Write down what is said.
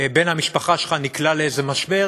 בן משפחה שלך נקלע למשבר,